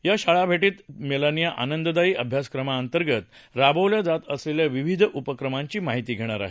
या शाळाभेटीत मेलानिया आनंददायी अभ्यासक्रमाअंतर्गत राबवल्या जात असलेल्या विविध उपक्रमांची माहिती घेणार आहेत